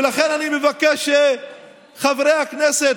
ולכן אני מבקש מחברי הכנסת,